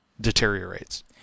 deteriorates